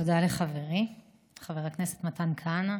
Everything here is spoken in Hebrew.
תודה לחברי חבר הכנסת מתן כהנא.